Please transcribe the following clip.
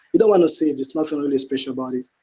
you don't wanna see it, it's nothing really special but